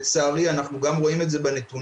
לצערי, אנחנו גם רואים את זה בנתונים,